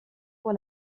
pour